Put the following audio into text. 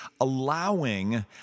allowing